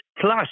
plus